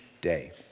day